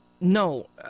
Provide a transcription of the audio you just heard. No